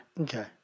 Okay